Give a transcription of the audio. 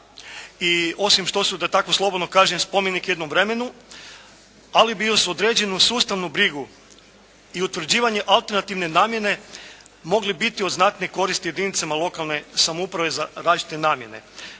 i osim što su, da tako slobodno kažem spomenik jednom vremenu, ali …/Govornik se ne razumije./… brigu i utvrđivanje alternativne namjene mogle biti od znatne koristi jedinicama lokalne samouprave za različite namjene.